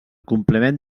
complement